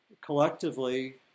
collectively